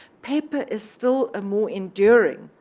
paper is still a more enduring